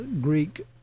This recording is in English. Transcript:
greek